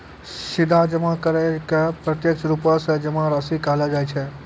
सीधा जमा करै के प्रत्यक्ष रुपो से जमा राशि कहलो जाय छै